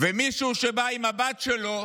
מישהו שבא עם הבת שלו